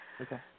Okay